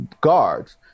guards